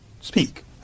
speak